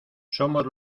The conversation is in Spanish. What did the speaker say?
somos